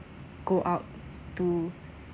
go out to